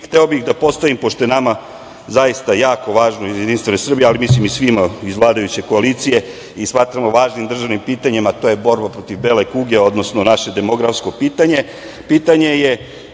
bih da postavim, pošto je nama zaista važno iz JS, ali mislim i svima iz vladajuće koalicije, i smatramo važnim državnim pitanjima a to je borba protiv bele kuge, odnsono naše demografsko pitanje,